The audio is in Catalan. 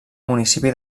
municipi